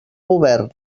govern